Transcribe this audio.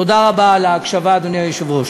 תודה רבה על ההקשבה, אדוני היושב-ראש.